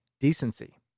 Decency